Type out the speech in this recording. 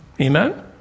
Amen